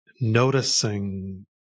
noticing